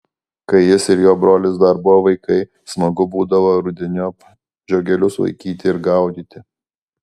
kai jis ir jo brolis dar buvo vaikai smagu būdavo rudeniop žiogelius vaikyti ir gaudyti